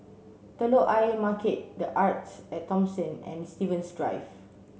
Telok Ayer Market The Arte at Thomson and Stevens Drive